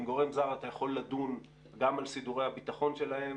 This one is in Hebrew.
עם גורם זר אתה יכול לדון גם על סידורי הביטחון שלהם,